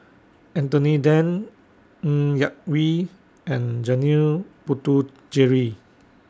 Anthony Then Ng Yak Whee and Janil Puthucheary